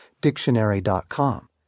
dictionary.com